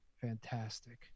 Fantastic